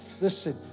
listen